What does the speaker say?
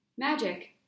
Magic